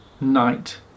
night